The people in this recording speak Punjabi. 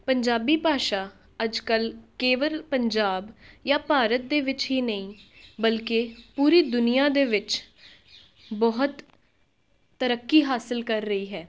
ਪੰਜਾਬੀ ਭਾਸ਼ਾ ਅੱਜ ਕੱਲ੍ਹ ਕੇਵਲ ਪੰਜਾਬ ਜਾਂ ਭਾਰਤ ਦੇ ਵਿੱਚ ਹੀ ਨਹੀਂ ਬਲਕਿ ਪੂਰੀ ਦੁਨੀਆਂ ਦੇ ਵਿੱਚ ਬਹੁਤ ਤਰੱਕੀ ਹਾਸਿਲ ਕਰ ਰਹੀ ਹੈ